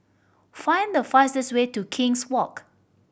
find the fastest way to King's Walk